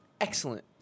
excellent